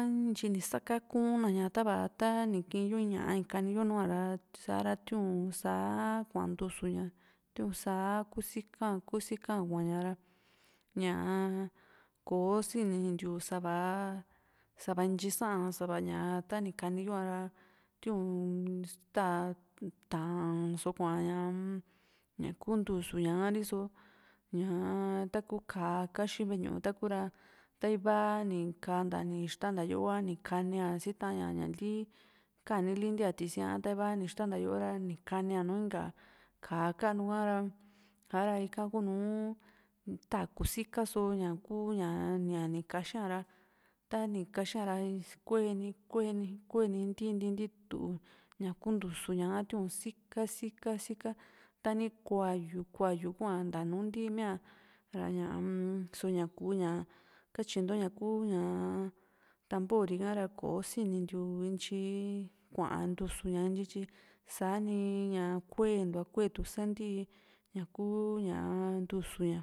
a ntyi ni sakakuna ña tava ta ni kii´yo ñaa ni kani yo nu´a ra sa´ra tiuun saa kua ntusu ña tiuun saa sika ku sikaa kuaaña ra ñaa kò´o sini ntiu sa´va sa´va ntyi sa´a sa´va ña tani kaniyo´a ra tiuu´n taa taa´n so kua´ña ñaku ntusu ñaka só ñaa taku ka´a kaxii ve´e ñuu taku ra ta ivaa ni kanta ni ixtanta yo´o ha ni kania si ta´an ña ñali kanili ntia tisia ta iva ni ixtanta yo´o ra ni kaniá nu inka ka´a kanu ka ra sa´ra ika kunu takuu sikaa só ña kuu ña ña ni kaxii a ra tani kaxia ra kueni kueni kueni ntii ntiitu ña kuu ntusu ña´ha tiun sika sika tani kuayu kuayu kua ntaa nu ntimia ra ñaa-m so ñakuu ña katyinto ku ñaa tamboti ka ra kosinintiu intyi kuaa ntusu ña ntityi sa´ni ña kue ntua kuetu sa ntii ñakuu ñaa ntusu ña